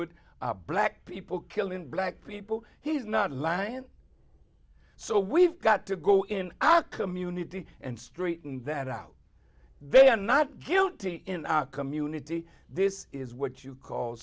hood black people killed in black people he's not lying so we've got to go in our community and straighten that out they are not guilty in our community this is what you call